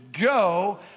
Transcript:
go